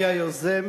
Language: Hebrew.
אני היוזם